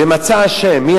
ומצא אשם.